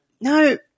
no